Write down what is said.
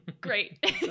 great